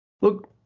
look